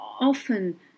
often